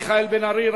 מיכאל בן-ארי,